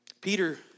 Peter